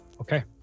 Okay